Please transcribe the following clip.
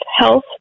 health